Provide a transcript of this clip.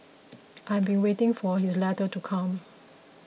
I have been waiting for his letter to come